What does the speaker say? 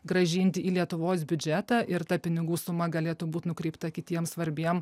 grąžint į lietuvos biudžetą ir ta pinigų suma galėtų būt nukreipta kitiem svarbiem